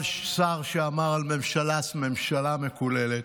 שר שאמר על ממשלה "ממשלה מקוללת",